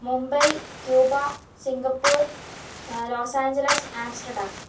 Mumbai Cuba Singapore Los Angeles Amsterdam